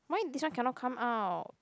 why this one cannot come out